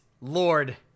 Lord